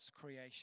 creation